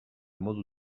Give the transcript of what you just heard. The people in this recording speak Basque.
modu